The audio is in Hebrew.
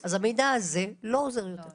אז המידע הזה לא עוזר יותר.